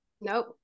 Nope